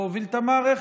להוביל את המערכת,